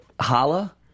Holla